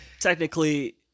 technically